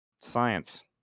Science